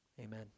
Amen